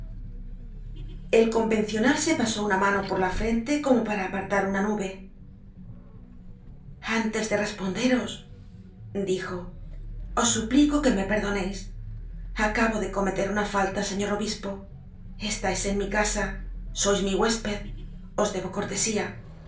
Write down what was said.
el convencional se pasó una mano por la frente como para apartar una nube antes de responderos dijo os suplico que me perdoneis acabo de cometer una falta señor obispo estais en mi casa sois mi huésped os debo cortesía